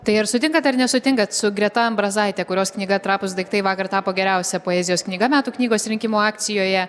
tai ar sutinkat ar nesutinkat su greta ambrazaite kurios knyga trapūs daiktai vakar tapo geriausia poezijos knyga metų knygos rinkimų akcijoje